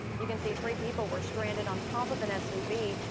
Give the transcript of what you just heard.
you can see. three people were stranded on top of an s u v.